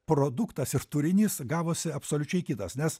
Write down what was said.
produktas ir turinys gavosi absoliučiai kitas nes